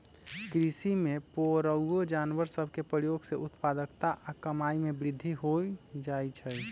कृषि में पोअउऔ जानवर सभ के प्रयोग से उत्पादकता आऽ कमाइ में वृद्धि हो जाइ छइ